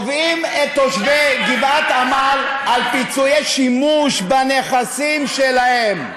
לפיצוי על שימוש בנכסים שלהם.